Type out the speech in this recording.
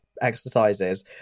exercises